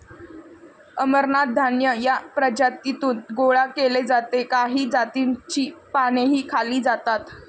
अमरनाथ धान्य या प्रजातीतून गोळा केले जाते काही जातींची पानेही खाल्ली जातात